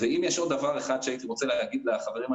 אנחנו עומדים בקשר כל יום ואם ייווצר הצורך אנחנו בהחלט מודעים ליכולת.